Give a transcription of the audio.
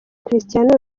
cristiano